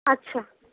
আচ্ছা